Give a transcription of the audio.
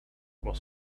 was